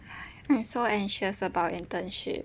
I'm so anxious about internship